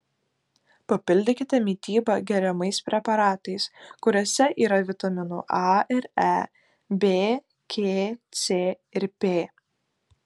papildykite mitybą geriamais preparatais kuriuose yra vitaminų a ir e b k c ir p